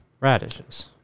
Radishes